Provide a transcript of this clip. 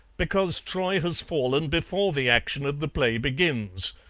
because troy has fallen before the action of the play begins.